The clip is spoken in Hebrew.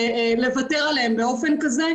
ולוותר עליהם באופן כזה,